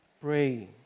pray